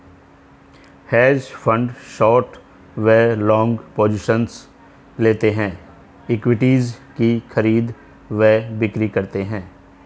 hedge fund short व long positions लेते हैं, इक्विटीज की खरीद व बिक्री करते हैं